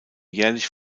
jährlich